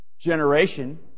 generation